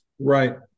Right